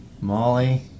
Molly